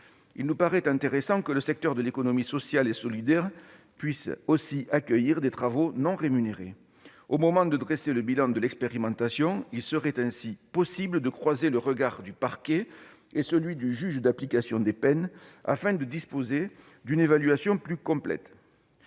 Il nous paraît intéressant que le secteur de l'économie sociale et solidaire puisse, lui aussi, accueillir des travaux non rémunérés. Au moment de dresser le bilan de l'expérimentation, il serait ainsi possible de croiser le regard du parquet et celui du juge de l'application des peines afin de disposer d'une évaluation plus complète.